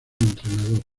entrenador